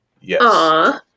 yes